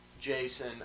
Jason